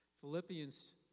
Philippians